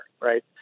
right